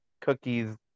cookies